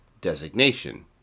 designation